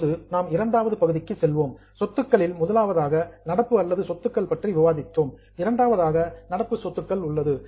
இப்போது நாம் இரண்டாவது பகுதிக்குச் செல்வோம் சொத்துக்களில் முதலாவதாக நடப்பு அல்லாத சொத்துக்கள் பற்றி விவாதித்தோம் இரண்டாவதாக நடப்பு சொத்துக்கள் உள்ளது